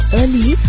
early